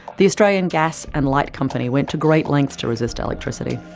the australia and gas and light company went to great lengths to resist electricity.